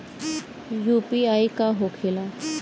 UPI का होखेला?